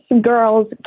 girl's